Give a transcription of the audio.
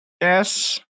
Yes